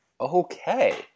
Okay